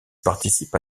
participe